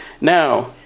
now